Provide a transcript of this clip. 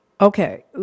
Okay